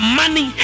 money